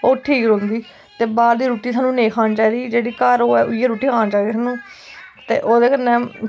ओह् ठीक रौंह्दी ऐ ते बाह्र दी रुट्टी सानू नेईं खानी चाहिदी जेह्ड़ी घर होऐ उ'ऐ खानी चाहिदी सानू ते ओह्दे कन्नै